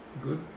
good